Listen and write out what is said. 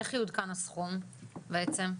איך יעודכן הסכום בעצם?